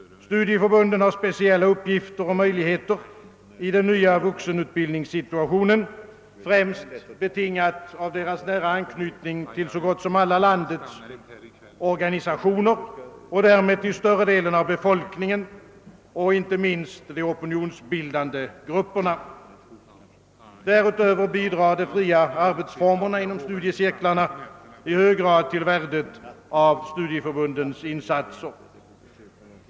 Studieförbunden har speciella uppgifter och möjligheter i den nya vuxenutbildningssituationen, främst betingade av deras nära anknytning till så gott som alla landets organisationer och därmed till större delen av befolkningen, inte minst de opinionsbildande grupperna. Därutöver bidrar de fria arbetsformerna inom studiecirklarna i hög grad till värdet av studieförbundens insatser.